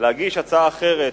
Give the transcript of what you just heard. להגיש הצעה אחרת,